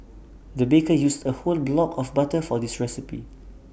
the baker used A whole block of butter for this recipe